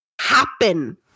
happen